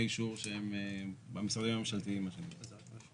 אישור שהם במשרדים הממשלתיים מה שנקרא.